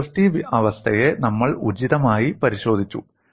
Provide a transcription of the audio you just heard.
അതിർത്തി അവസ്ഥയെ നമ്മൾ ഉചിതമായി പരിശോധിച്ചു